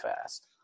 fast